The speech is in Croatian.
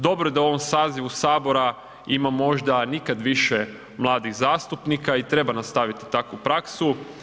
Dobro je da u ovom sazivu sabora ima možda nikad više mladih zastupnika i treba nastaviti takvu praksu.